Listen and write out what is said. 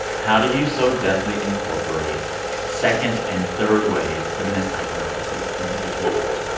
how do you so deftly incorporate second and third-wave feminist iconography in your visual art?